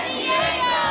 Diego